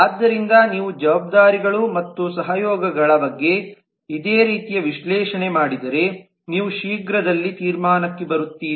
ಆದ್ದರಿಂದ ನೀವು ಜವಾಬ್ದಾರಿಗಳು ಮತ್ತು ಸಹಯೋಗಗಳ ಬಗ್ಗೆ ಇದೇ ರೀತಿಯ ವಿಶ್ಲೇಷಣೆ ಮಾಡಿದರೆ ನೀವು ಶೀಘ್ರದಲ್ಲೇ ತೀರ್ಮಾನಕ್ಕೆ ಬರುತ್ತೀರಿ